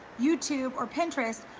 youtube, or pinterest,